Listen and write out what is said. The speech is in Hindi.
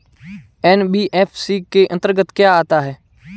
एन.बी.एफ.सी के अंतर्गत क्या आता है?